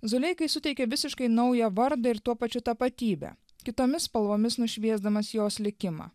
zuleikai suteikė visiškai naują vardą ir tuo pačiu tapatybę kitomis spalvomis nušviesdamas jos likimą